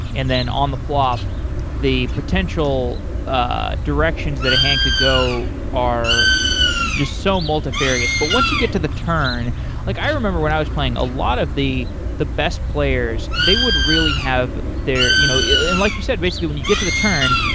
and then on the flop the potential ah directions that a hand could go are just so multifarious. but once you get to the turn like i remember when i was playing, a lot of the the best players, they would really have their like you know you and like you said, basically, when you get to the turn,